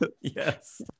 Yes